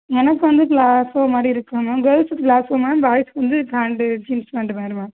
எனக்கு வந்து கிளாசோ மாதிரி இருக்கு மேம் கேர்ல்ஸ் கிளாசோ மேம் பாய்ஸ்க்கு வந்து பேண்ட்டு ஜீன்ஸ் பேண்ட்டு வேணும் மேம்